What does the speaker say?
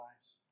lives